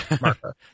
marker